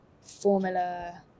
Formula